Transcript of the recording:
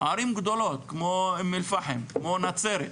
ערים גדולות כמו אום אל פאחם, כמו נצרת,